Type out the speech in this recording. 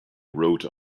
wrote